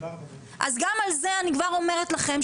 אני כבר אומרת לכם,